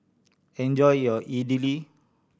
enjoy your Idili